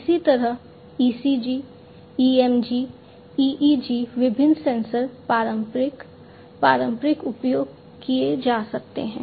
इसी तरह ECG EMG EEG विभिन्न सेंसर पारंपरिक पारंपरिक उपयोग किए जा सकते हैं